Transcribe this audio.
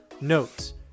notes